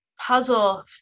puzzle